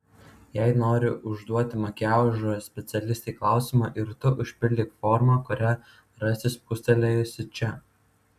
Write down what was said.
jei nori užduoti makiažo specialistei klausimą ir tu užpildyk formą kurią rasi spustelėjusi čia